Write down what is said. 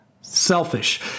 Selfish